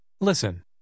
Listen